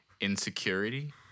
Insecurity